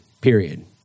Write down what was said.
period